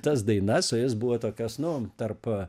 tas dainas o jos buvo tokios nu tarp